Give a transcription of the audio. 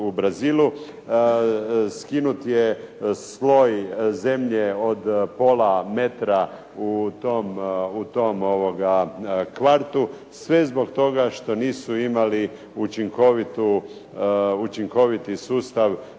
u Brazilu. Skinut je sloj zemlje od pola metra u tom kvartu sve zbog toga što nisu imali učinkoviti sustav